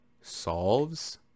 solves